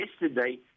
yesterday